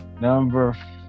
Number